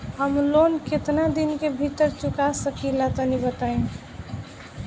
हम लोन केतना दिन के भीतर चुका सकिला तनि बताईं?